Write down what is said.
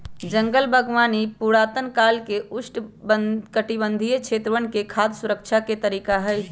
जंगल बागवानी पुरातन काल से उष्णकटिबंधीय क्षेत्रवन में खाद्य सुरक्षा के तरीका हई